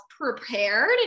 prepared